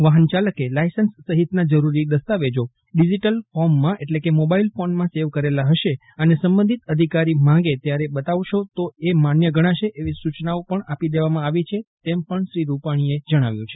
વાફન ચાલકે લાયસન્સ સફિતના જરૂરી દસ્તાવેજો ડિજિટલ ફોર્મમાં એટલે કે મોબાઈલ ફોનમાં સેવ કરેલા ફશે અને સંબંધિત અધિકારી માગે ત્યારે બતાવશે તો એ માન્ય ગણાશે એવી સૂચનાઓ પણ આપી દેવામાં આવી છે તેમ પણ શ્રી રૂપાણીએ જણાવ્યું છે